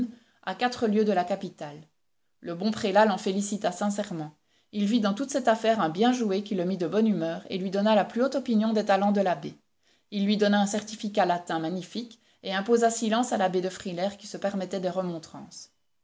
à quatre lieues de la capitale le bon prélat l'en félicita sincèrement il vit dans toute cette affaire un bien joué qui le mit de bonne humeur et lui donna la plus haute opinion des talents de l'abbé il lui donna un certificat latin magnifique et imposa silence à l'abbé de frilair qui se permettait des remontrances